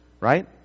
right